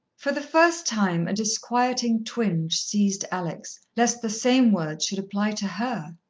for the first time, a disquieting twinge seized alex, lest the same words should apply to her.